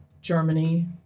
Germany